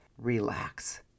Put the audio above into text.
relax